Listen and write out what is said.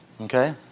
Okay